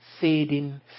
fading